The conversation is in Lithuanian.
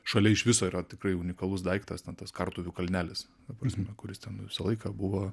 šalia iš viso yra tikrai unikalus daiktas ten tas kartuvių kalnelis ta prasme kuris ten visą laiką buvo